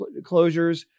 closures